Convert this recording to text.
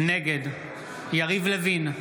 נגד יריב לוין,